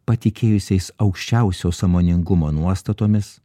patikėjusiais aukščiausio sąmoningumo nuostatomis